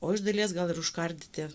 o iš dalies gal ir užkardyti